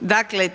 plaćama.